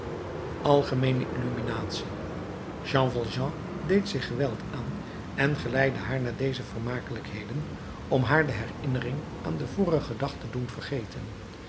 illuminatie jean valjean deed zich geweld aan en geleidde haar naar deze vermakelijkheden om haar de herinnering aan den vorigen dag te doen vergeten